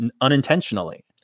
unintentionally